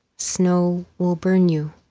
snow will burn you.